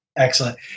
Excellent